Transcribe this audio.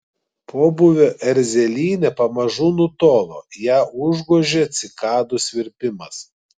pobūvio erzelynė pamažu nutolo ją užgožė cikadų svirpimas